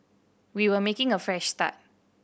we were making a fresh start